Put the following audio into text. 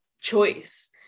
choice